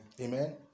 Amen